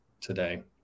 today